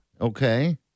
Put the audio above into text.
Okay